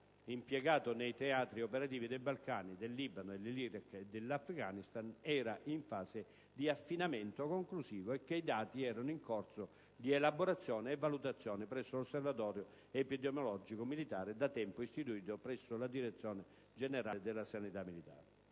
impiegato nei teatri operativi dei Balcani, del Libano, dell'Iraq e dell'Afghanistan, era in fase di affinamento conclusivo e che i dati erano in corso di elaborazione e valutazione presso l'Osservatorio epidemiologico militare, da tempo istituito presso la Direzione generale della Sanità militare.